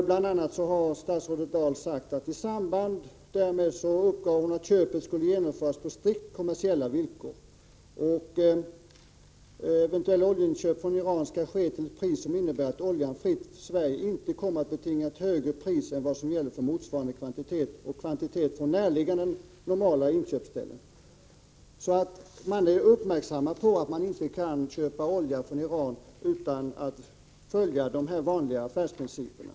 Statsrådet Dahl har bl.a. sagt att eventuella oljeinköp från Iran skall genomföras på strikt kommersiella villkor samt att de skall ske till ett pris som innebär att oljan fritt Sverige inte kommer att betinga ett högre pris än vad som gäller för motsvarande kvalitet och kvantitet från närliggande normala inköpsställen. Regeringen är alltså medveten om att man inte kan köpa olja från Iran utan att följa de vanliga affärsprinciperna.